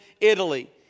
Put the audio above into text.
Italy